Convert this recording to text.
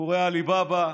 סיפורי עלי בבא,